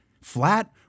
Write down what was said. flat